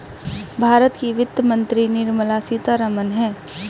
भारत की वित्त मंत्री निर्मला सीतारमण है